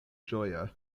ĝoje